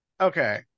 Okay